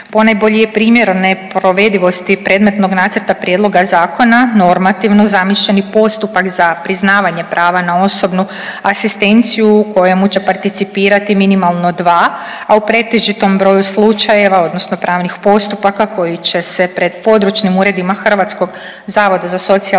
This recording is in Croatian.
Ponajbolji je primjer o neprovedivosti predmetnog nacrta prijedloga zakona normativno zamišljeni postupak za priznavanje prava na osobnu asistenciju u kojemu će participirati minimalno dva, a u pretežitom broju slučajeva odnosno pravnih postupaka koji će se pred područnim uredima Hrvatskog zavoda za socijalni